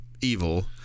evil